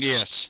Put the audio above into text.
Yes